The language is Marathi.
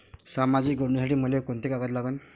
सामाजिक योजनेसाठी मले कोंते कागद लागन?